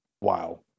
wow